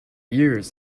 years